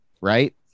Right